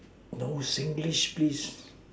no Singlish please